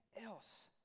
else